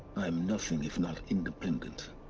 i am nothing if not independent